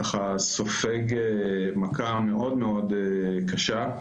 סופג מכה מאוד מאוד קשה.